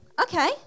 Okay